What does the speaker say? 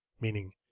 meaning